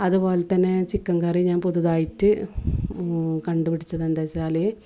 അതുപോലെ തന്നെ ചിക്കൻ കറി ഞാൻ പുതിയതായിട്ട് കണ്ടു പിടിച്ചതെന്താ വെച്ചാൽ